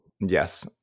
Yes